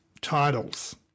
titles